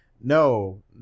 No